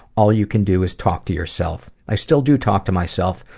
all you can do is talk to yourself. i still do talk to myself.